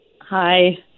Hi